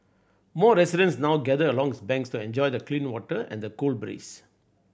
more residents now gather along its banks to enjoy the clean water and the cool breeze